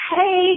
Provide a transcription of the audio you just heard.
hey